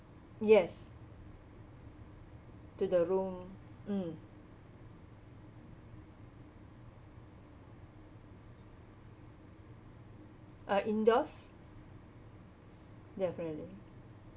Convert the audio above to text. yes to the room mm uh indoors definitely